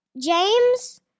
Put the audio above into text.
James